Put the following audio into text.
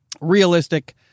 Realistic